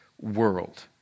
world